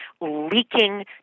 leaking